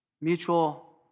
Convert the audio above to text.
mutual